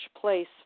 place